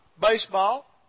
baseball